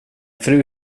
fru